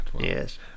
Yes